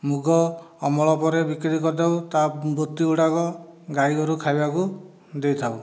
ମୁଗ ଅମଳ ପରେ ବିକ୍ରି କରିଦଉ ତା ବୁତ୍ତି ଗୁଡ଼ାକ ଗାଈଗୋରୁ ଖାଇବାକୁ ଦେଇଥାଉ